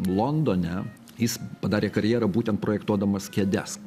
londone jis padarė karjerą būtent projektuodamas kėdes